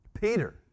Peter